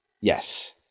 Yes